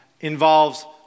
involves